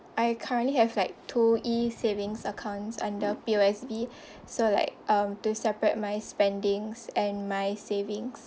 I currently have like two E savings accounts under P_O_S_B so like um to separate my spendings and my savings